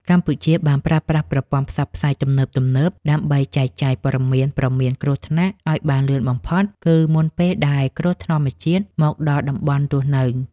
កម្ពុជាបានប្រើប្រាស់ប្រព័ន្ធផ្សព្វផ្សាយទំនើបៗ ដើម្បីចែកចាយព័ត៌មានព្រមានគ្រោះថ្នាក់ឱ្យបានលឿនបំផុត គឺមុនពេលដែលគ្រោះធម្មជាតិមកដល់តំបន់រស់នៅ។